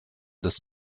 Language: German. des